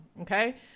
okay